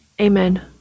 Amen